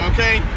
Okay